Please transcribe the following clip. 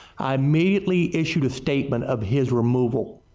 i immediately issued statement of his removrl.